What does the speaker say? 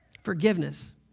Forgiveness